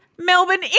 Melbourne